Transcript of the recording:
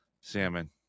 salmon